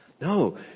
No